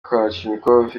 kalachnikov